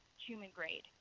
human-grade